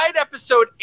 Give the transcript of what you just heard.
episode